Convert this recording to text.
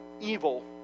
evil